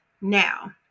now